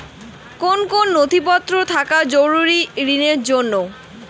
কোন কোন নথিপত্র থাকা জরুরি ঋণের জন্য?